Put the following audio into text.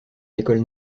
l’école